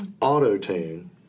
Auto-tune